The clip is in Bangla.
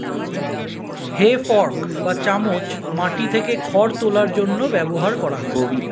হে ফর্ক বা চামচ মাটি থেকে খড় তোলার জন্য ব্যবহার করা হয়